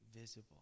visible